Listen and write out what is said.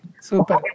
Super